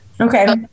Okay